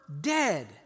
dead